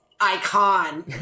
icon